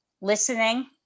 listening